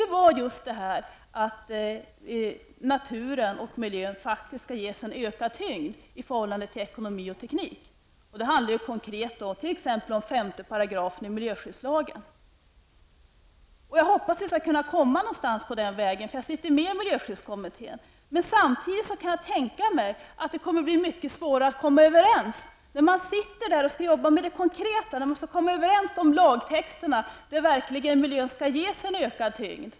Det är just detta att naturen och miljön skall ges en ökad tyngd i förhållande till ekonomi och teknik. Det handlar konkret om t.ex. 5 § i miljöskyddslagen. Jag hoppas att vi skall kunna någonstans på den vägen, eftersom jag sitter med i miljöskyddskommittén. Men jag kan samtidigt tänka mig att det kan bli mycket svårare att komma överens när vi sitter där och skall arbeta med konkreta förslag och enas om lagtexter där miljön verkligen ges en ökad tyngd.